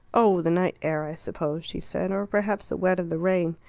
oh, the night air, i suppose, she said, or perhaps the wet of the rain.